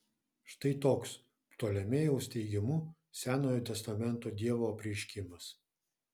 štai toks ptolomėjaus teigimu senojo testamento dievo apreiškimas